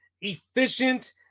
efficient